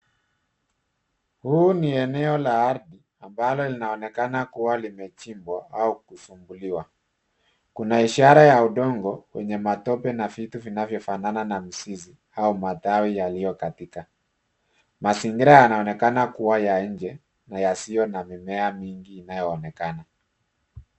Huu ni eneo la ardhi ambalo linaonekana kuwa limechimbwa au kusumbuliwa. Kuna ishara ya udongo wenye matope na vitu vinavyofanana na mizizi au matawi yaliokatika. Mazingira yanaonekana kuwa ya nje na yasiyo na mimea mingi inayoonekana.